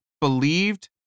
believed